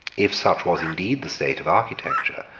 if such was indeed the state of architecture,